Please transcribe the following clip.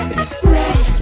express